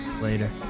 Later